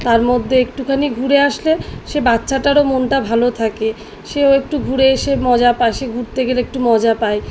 তার মধ্যে একটুখানি ঘুরে আসলে সে বাচ্ছাটারও মনটা ভালো থাকে সেও একটু ঘুরে এসে মজা পায় সে ঘুরতে গেলে একটু মজা পায়